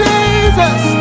Jesus